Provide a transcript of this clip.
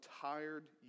tired